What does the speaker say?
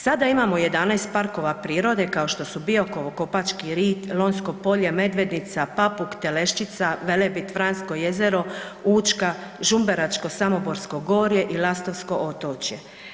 Sada imamo 11 parkova prirode, kao što su Biokovo, Kopački Rit, Lonjsko polje, Medvednica, Papuk, Telešćica, Velebit, Vransko Jezero, Učka, Žumberačko Samoborsko gorje i Lastovsko otočje.